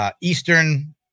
Eastern